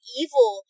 evil